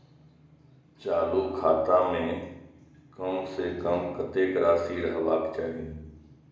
चालु खाता में कम से कम कतेक राशि रहबाक चाही?